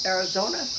Arizona